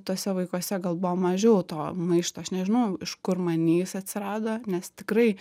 tuose vaikuose gal buvo mažiau to maišto aš nežinau iš kur many jis atsirado nes tikrai